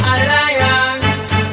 Alliance